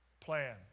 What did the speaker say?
plan